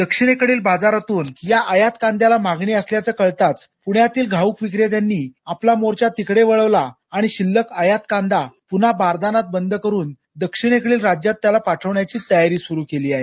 दक्षिणेकडील बाजारातून या आयात कांद्याला मागणी असल्याचं कळताच पुण्यातील घाऊक विक्रेत्यांनी आपला मोर्चा तिकडे वळवला आणि शिल्लक आयात कांदा पुन्हा बारदानात बंद करून दक्षिणेकडील राज्यात त्याला पाठवण्याची तयारी सुरु केली आहे